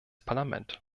parlament